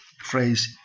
phrase